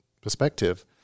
perspective